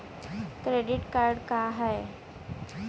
Credit card का हाय?